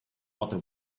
water